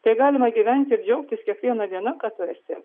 tai galima gyventi ir džiaukis kiekviena diena kad tu esi